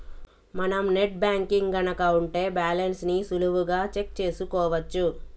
మనం net banking గనక ఉంటే బ్యాలెన్స్ ని సులువుగా చెక్ చేసుకోవచ్చు